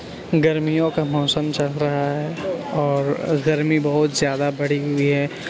گرمیوں کا موسم چل رہا ہے اور گرمی بہت زیادہ بڑھی ہوئی ہے